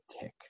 tick